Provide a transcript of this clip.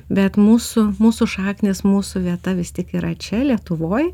bet mūsų mūsų šaknys mūsų vieta vis tik yra čia lietuvoj